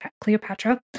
Cleopatra